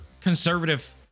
conservative